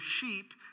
sheep